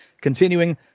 continuing